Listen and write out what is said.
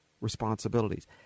responsibilities